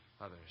others